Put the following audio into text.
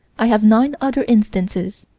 i have nine other instances.